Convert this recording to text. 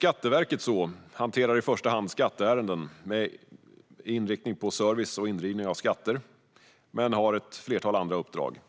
Skatteverket hanterar i första hand skatteärenden med inriktning på service och indrivning av skatter men har ett flertal andra uppdrag.